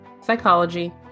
psychology